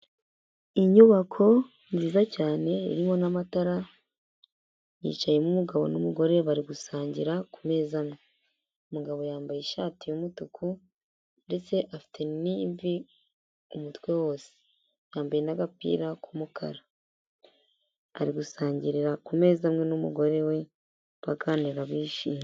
Inyubako nziza cyane irimo n'amatara yicayemo umugabo n'umugore bari gusangira ku meza amwe, umugabo yambaye ishati y'umutuku ndetse afite n'imvi umutwe wose, yambaye n'agapira k'umukara ari gusangirira ku meza amwe n'umugore we baganira bishimye.